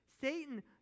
Satan